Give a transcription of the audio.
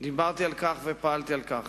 דיברתי על כך ופעלתי בכך.